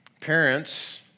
parents